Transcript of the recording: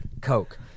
Coke